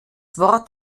wort